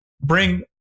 bring